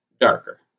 darker